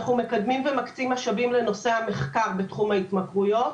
אנחנו מקדמים ומקצים משאבים לנושא המחקר בתחום ההתמכרויות.